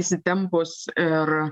įsitempus ir